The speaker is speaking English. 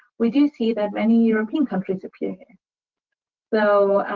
we do see that many european countries appear. so,